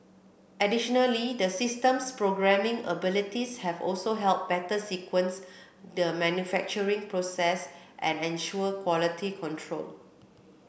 additionally the system's programming abilities have also helped better sequence the manufacturing process and ensure quality control